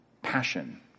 Passion